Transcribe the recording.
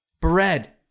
Bread